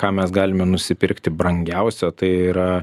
ką mes galime nusipirkti brangiausią tai yra